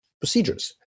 procedures